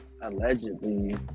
allegedly